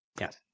Yes